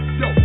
yo